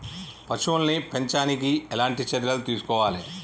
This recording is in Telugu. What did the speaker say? పశువుల్ని పెంచనీకి ఎట్లాంటి చర్యలు తీసుకోవాలే?